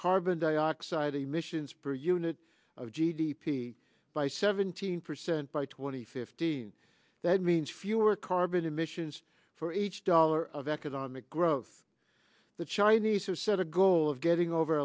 carbon dioxide emissions per unit of g d p by seventeen percent by two thousand and fifteen that means fewer carbon emissions for each dollar of economic growth the chinese have set a goal of getting over